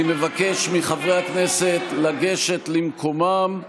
אני מבקש מחברי הכנסת לגשת למקומם.